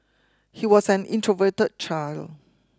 he was an introverted child